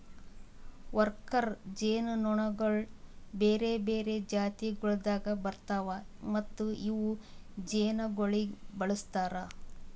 worker ಜೇನುನೊಣಗೊಳ್ ಬೇರೆ ಬೇರೆ ಜಾತಿಗೊಳ್ದಾಗ್ ಬರ್ತಾವ್ ಮತ್ತ ಇವು ಜೇನುಗೊಳಿಗ್ ಬಳಸ್ತಾರ್